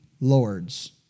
Lord's